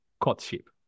courtship